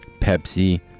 Pepsi